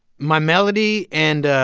my melody and.